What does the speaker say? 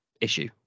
issue